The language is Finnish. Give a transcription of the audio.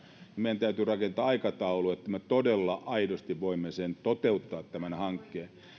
meidän täytyy rakentaa aikataulu että me todella aidosti voimme toteuttaa tämän hankkeen